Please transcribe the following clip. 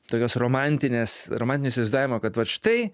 tokios romantinės romantinio įsivaizdavimo kad vat štai